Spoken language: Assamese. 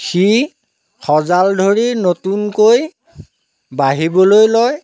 সি সজাল ধৰি নতুনকৈ বাঢ়িবলৈ লয়